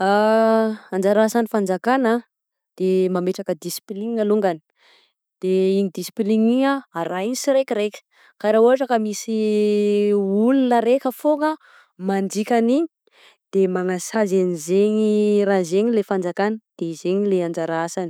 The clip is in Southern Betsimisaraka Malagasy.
Anjara asan'ny fanjakana de mametraka discipline alongany, de igny discipline igny arahin'ny siraikaraika koa ohatra ka misy olona raika fôgna mandika an'iny de magnasazy anzegny raha zegny le fanjakana de zegny le anjara asany.